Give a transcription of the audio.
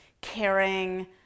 caring